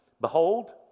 Behold